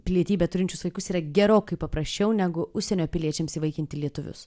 pilietybę turinčius vaikus yra gerokai paprasčiau negu užsienio piliečiams įvaikinti lietuvius